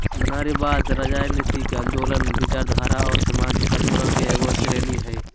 नारीवाद, राजनयतिक आन्दोलनों, विचारधारा औरो सामाजिक आंदोलन के एगो श्रेणी हइ